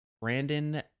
Brandon